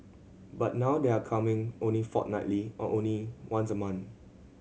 but now they're coming only fortnightly or only once a month